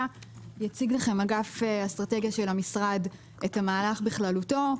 אגף אסטרטגיה של המשרד יציג את המהלך בכללותו.